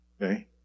Okay